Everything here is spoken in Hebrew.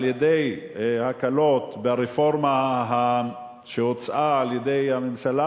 על-ידי הקלות ברפורמה שהוצעה על-ידי הממשלה